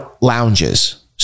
lounges